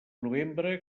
novembre